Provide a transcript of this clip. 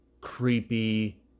creepy